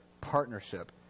partnership